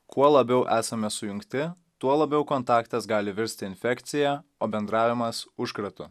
kuo labiau esame sujungti tuo labiau kontaktas gali virsti infekcija o bendravimas užkratu